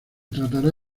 tratará